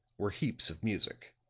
were heaps of music.